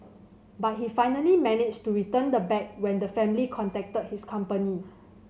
but he finally managed to return the bag when the family contacted his company